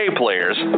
players